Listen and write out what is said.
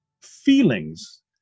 feelings